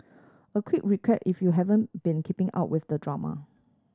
a quick recap if you haven't been keeping up with the drama